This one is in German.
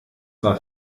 war